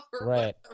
right